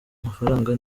mafaranga